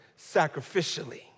sacrificially